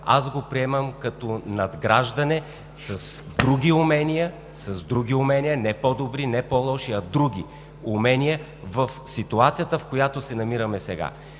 аз го приемам като надграждане с други умения. Не по-добри, не по-лоши, а други умения в ситуацията, в която се намираме сега,